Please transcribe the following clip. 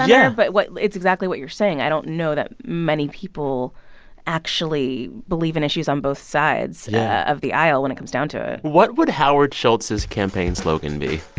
yeah. but what it's exactly what you're saying. i don't know that many people actually believe in issues on both sides. yeah. of the aisle when it comes down to it what would howard schultz's campaign slogan be?